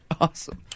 Awesome